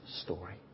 story